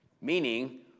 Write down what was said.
meaning